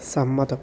സമ്മതം